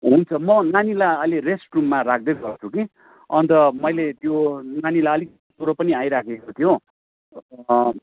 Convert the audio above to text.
हुन्छ म नानीलाई अहिले रेस्ट रुममा राख्दै गर्छु कि अन्त मैले त्यो नानीलाई अलिक ज्वरो पनि आइरहेको थियो